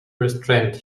restrained